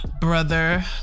brother